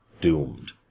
doomed